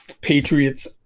Patriots